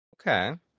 Okay